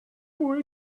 boy